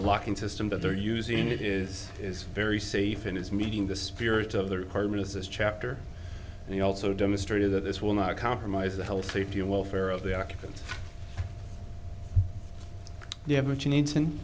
locking system that they're using it is is very safe in his meeting the spirit of the requirements is chapter and he also demonstrated that this will not compromise the health safety and welfare of the occupants you haven't you need